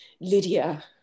Lydia